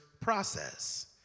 process